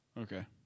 Okay